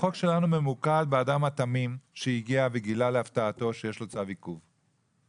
החוק שלנו ממוקד באדם התמים שהגיע וגילה להפתעתו שיש לו צו עיכוב,